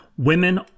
Women